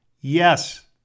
Yes